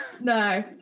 No